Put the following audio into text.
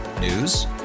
News